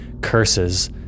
Curses